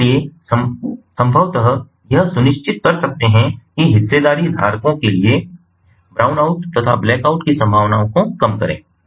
इसलिए संभवत यह सुनिश्चित कर सकते हैं कि हिस्सेदारी धारकों के लिए ब्राउन आउट तथा ब्लैकआउट की संभावनाओं को कम करें